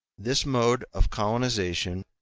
this mode of colonization,